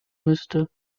müsste